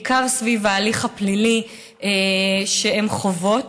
בעיקר סביב ההליך הפלילי שהן חוות.